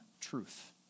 truth